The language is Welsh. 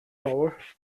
fawr